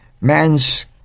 man's